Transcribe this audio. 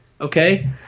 Okay